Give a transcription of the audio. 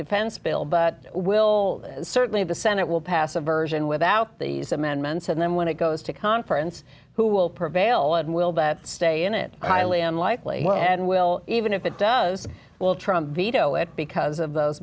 defense bill but will certainly the senate will pass a version without these amendments and then when it goes to conference who will prevail and will that stay in it highly unlikely and will even if it does will trump veto it because of those